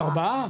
ארבעה?